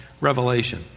revelation